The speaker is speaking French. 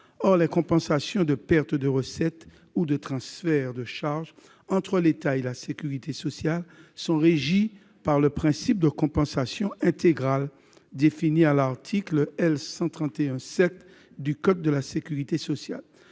Or les compensations de pertes de recettes ou de transferts de charges entre l'État et la sécurité sociale sont régies par le principe de « compensation intégrale » défini à l'article L. 131-7 du code de la sécurité sociale.